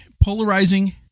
polarizing